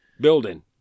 building